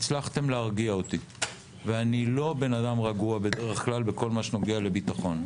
הצלחתם להרגיע אותי ואני לא בן אדם רגוע בדרך כלל בכל מה שנוגע לביטחון,